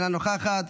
אינה נוכחת,